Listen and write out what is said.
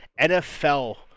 NFL